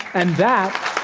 and that